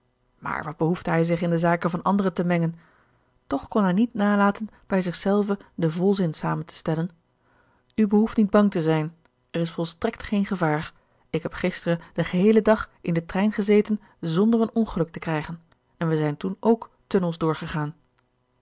maar wat behoefde hij zich in de zaken van anderen te mengen toch kon hij niet nalaten bij zich zelven den volzin samen te stellen u behoeft niet bang te zijn er is volstrekt geen gevaar ik heb gisteren den geheelen dag in den trein gezeten zonder een ongeluk te krijgen en wij zijn toen ook tunnels doorgegaan